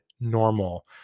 normal